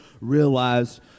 realized